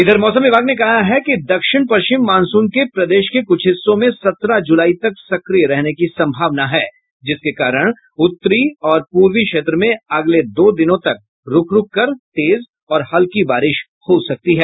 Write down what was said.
इधर मौसम विभाग ने कहा है कि दक्षिण पश्चिम मॉनसून के प्रदेश के कुछ हिस्सों में सत्रह जुलाई तक सक्रिय रहने की संभावना है जिसके कारण उत्तरी और पूर्वी क्षेत्र में अगले दो दिनों तक रूक रूक कर तेज और हल्की बारिश हो सकती है